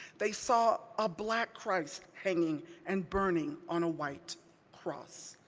they saw a black christ hanging and burning on a white cross,